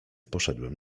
poszedłem